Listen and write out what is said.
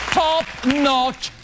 top-notch